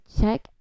check